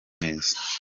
neza